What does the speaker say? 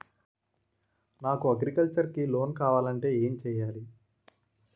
నాకు అగ్రికల్చర్ కి లోన్ కావాలంటే ఏం చేయాలి?